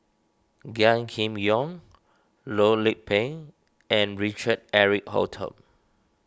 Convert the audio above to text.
Gan Kim Yong Loh Lik Peng and Richard Eric Holttum